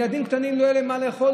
ילדים קטנים שלא יהיה להם מה לאכול,